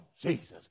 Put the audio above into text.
Jesus